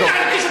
רוצים להרגיש,